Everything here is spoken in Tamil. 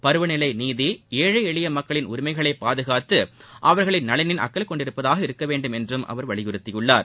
பருவநிலை நீதி ஏழழ எளிய மக்களின் உரிமைகளை பாதுகாத்து அவர்களின் நலனில் அக்கறை கொண்டுள்ளதாக இருக்கவேண்டும் என்றும் அவர் வலியுறுத்தியுள்ளார்